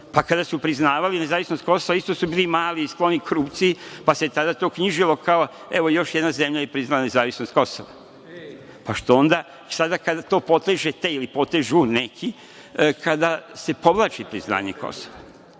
Pa, kada su priznavali nezavisnost Kosova isto su bili mali i skloni korupciji, pa se tada to knjižilo kao – evo, još jedna zemlja je priznala nezavisnost Kosova. Što sada to potežu neki kada se povlači priznanje Kosova?